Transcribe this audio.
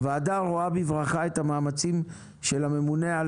הוועדה רואה בברכה את המאמצים של הממונה על